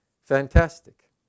fantastic